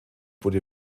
wurde